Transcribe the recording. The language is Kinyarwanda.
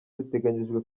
biteganyijwe